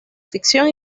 ficción